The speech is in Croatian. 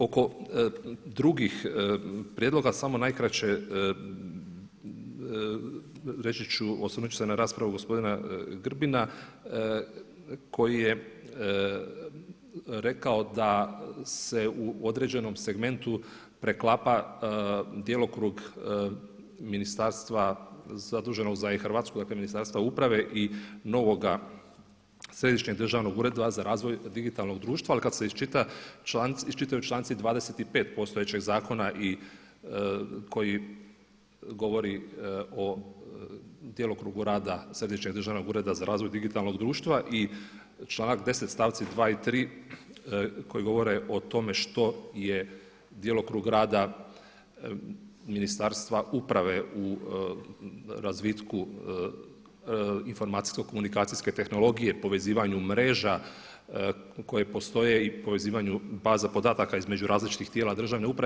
Oko drugih prijedloga samo najkraće, reći ću, osvrnut ću se na raspravu gospodina Grbina koji je rekao da se u određenom segmentu preklapa djelokrug ministarstva zaduženog za i Hrvatsku ako je Ministarstvo upravo i novoga Središnjeg državnog ureda za razvoj digitalnog društva ali kad se iščitaju članci 25. postojećeg zakona koji govori o djelokrugu rada Središnjeg državnog ureda za razvoj digitalnog društva i članak 10. stavci 2. i 3. koji govore o tome što je djelokrug rada Ministarstva uprave u razvitku informacijsko-komunikacijske tehnologije, povezivanju mreža koje postoje i povezivanju baza podataka između različitih tijela državne uprave.